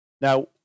Now